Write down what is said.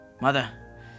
Mother